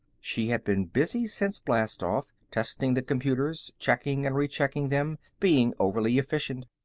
she had been busy since blastoff, testing the computers, checking and rechecking them, being overly efficient.